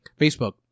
facebook